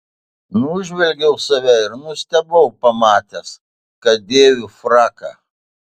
nužvelgiau save ir nustebau pamatęs kad dėviu fraką